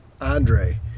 Andre